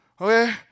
Okay